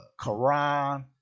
Quran